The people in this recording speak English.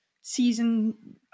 season